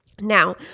Now